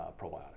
probiotic